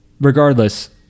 regardless